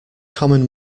common